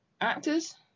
actors